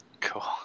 Cool